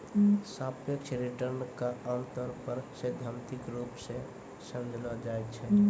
सापेक्ष रिटर्न क आमतौर पर सैद्धांतिक रूप सें समझलो जाय छै